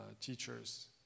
teachers